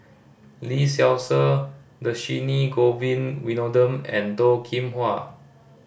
Lee Seow Ser Dhershini Govin Winodam and Toh Kim Hwa